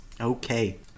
Okay